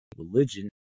Religion